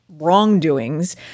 wrongdoings